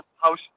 house